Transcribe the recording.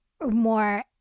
more